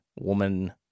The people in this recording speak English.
woman